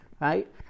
right